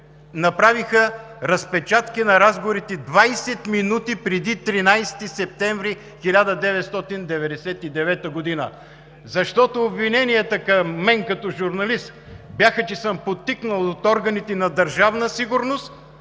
направиха разпечатки на разговорите 20 минути преди 13 ти септември 1999 г., защото обвиненията към мен като журналист, бяха, че съм подтикнат от органите на Държавна сигурност